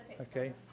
Okay